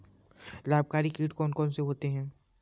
लाभकारी कीट कौन कौन से होते हैं?